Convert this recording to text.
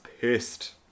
pissed